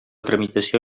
tramitació